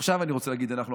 עכשיו אני רוצה להגיד "אנחנו,